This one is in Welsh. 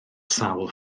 sawl